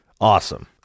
Awesome